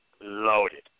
loaded